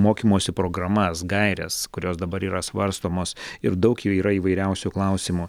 mokymosi programas gaires kurios dabar yra svarstomos ir daug jų yra įvairiausių klausimų